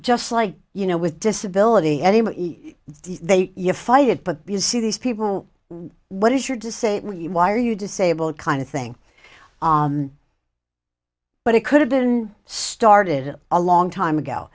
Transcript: just like you know with disability any more they fight it but you see these people what is your to say why are you disabled kind of thing but it could have been started a long time ago